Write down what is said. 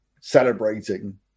celebrating